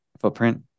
footprint